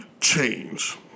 change